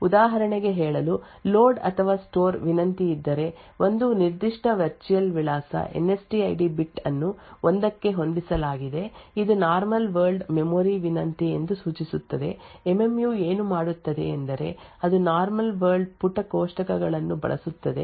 ಉದಾಹರಣೆಗೆ ಹೇಳಲು ಲೋಡ್ ಅಥವಾ ಸ್ಟೋರ್ ವಿನಂತಿಯಿದ್ದರೆ ಒಂದು ನಿರ್ದಿಷ್ಟ ವರ್ಚುಯಲ್ ವಿಳಾಸ NSTID ಬಿಟ್ ಅನ್ನು 1 ಕ್ಕೆ ಹೊಂದಿಸಲಾಗಿದೆ ಇದು ನಾರ್ಮಲ್ ವರ್ಲ್ಡ್ ಮೆಮೊರಿ ವಿನಂತಿ ಎಂದು ಸೂಚಿಸುತ್ತದೆ MMU ಏನು ಮಾಡುತ್ತದೆ ಎಂದರೆ ಅದು ನಾರ್ಮಲ್ ವರ್ಲ್ಡ್ ಪುಟ ಕೋಷ್ಟಕಗಳನ್ನು ಬಳಸುತ್ತದೆ